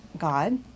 God